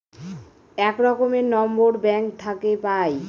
এক রকমের number bank থাকে পাই